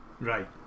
right